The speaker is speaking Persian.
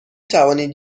توانید